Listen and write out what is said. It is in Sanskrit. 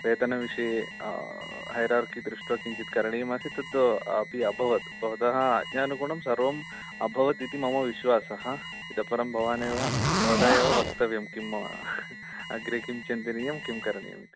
वेतनविषये हैरार्कि दृष्ट्वा किञ्चित् करणीयमासीत् तत् अपि अभवत् भवतः आज्ञानुगुणं सर्वं अभवत् इति मम विश्वासः इतः परं भवानेव भवता एव वक्तव्यं किं अग्रे किं चिन्तनीयं किं करणीयम् इति